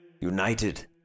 united